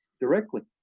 directly.